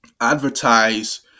advertise